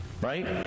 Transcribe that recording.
right